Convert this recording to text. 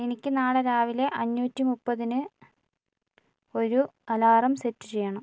എനിക്ക് നാളെ രാവിലെ അഞ്ഞൂറ്റി മുപ്പതിന് ഒരു അലാറം സെറ്റ് ചെയ്യണം